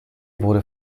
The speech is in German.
wurde